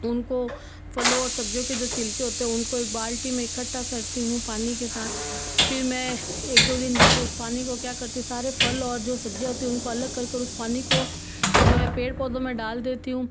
उनको फलों और सब्ज़ियों के जो छिलके होते हैं उनको एक बाल्टी में इकट्ठा करती हूँ पानी के साथ फिर मैं एक दो दिन बाद उस पानी को क्या करती हूँ सारे फल और जो सब्जियाँ होती हैं उनको अलग कर कर उस पानी को जो है पेड़ पौधों में डाल देती हूँ